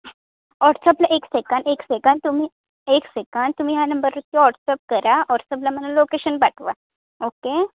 वॉट्सअपला एक सेकंद एक सेकंद तुम्ही एक सेकंड तुम्ही ह्या नंबरवरती व्हॉट्सअप करा व्हॉट्सअपला मला लोकेशन पाठवा ओके